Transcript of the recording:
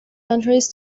countries